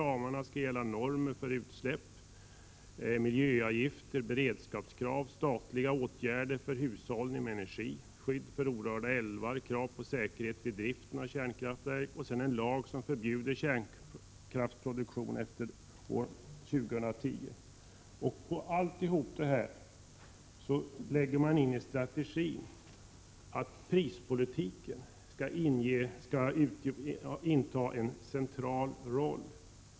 Dessa ramar skall gälla normer för utsläpp, miljöavgifter, beredskapskrav, statliga åtgärder för hushållning med energi, skydd för orörda älvar, krav på säkerhet vid driften av kärnkraftverk samt en lag som förbjuder kärnkraftsproduktion efter år 2010. Ovanpå alltihop ger man prispolitiken en central roll i strategin.